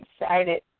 excited